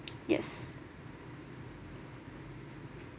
yes